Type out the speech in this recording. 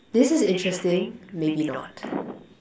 this is interesting maybe not